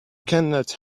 cannot